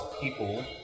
people